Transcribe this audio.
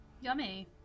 Yummy